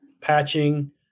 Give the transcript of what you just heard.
patching